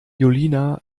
julina